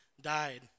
died